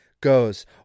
goes